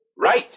Right